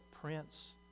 Prince